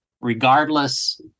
regardless